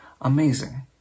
amazing